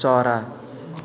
चरा